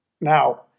now